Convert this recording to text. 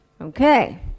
Okay